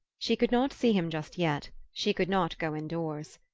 she could not see him just yet she could not go indoors.